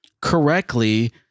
correctly